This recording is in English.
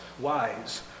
wise